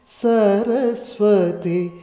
saraswati